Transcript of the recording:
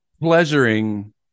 Pleasuring